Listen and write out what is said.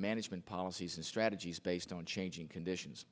management policies and strategies based on changing conditions